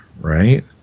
right